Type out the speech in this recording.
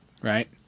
right